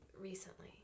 Recently